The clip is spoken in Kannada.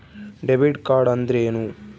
ಡೆಬಿಟ್ ಕಾರ್ಡ್ ಅಂದ್ರೇನು?